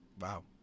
Wow